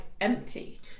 empty